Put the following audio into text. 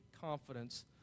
confidence